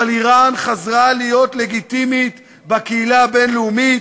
אבל איראן חזרה להיות לגיטימית בקהילה הבין-לאומית,